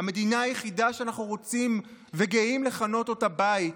המדינה היחידה שאנחנו רוצים וגאים לכנות אותה בית,